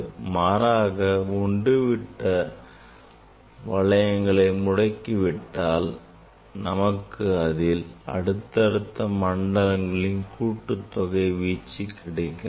மாறாக ஒன்றுவிட்ட வளையங்கள் முடக்கப்பட்டால் நமக்கு இதில் அடுத்தடுத்த மண்டலங்களின் கூட்டுத்தொகை வீச்சு கிடைக்கிறது